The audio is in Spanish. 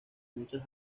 muchas